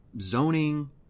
zoning